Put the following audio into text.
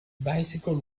bicycle